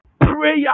prayer